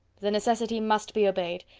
the necessity must be obeyed,